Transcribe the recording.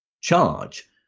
charge